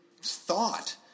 thought